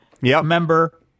member